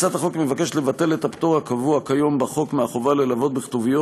הצעת החוק מבקשת לבטל את הפטור הקבוע כיום בחוק מהחובה ללוות בכתוביות